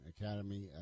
Academy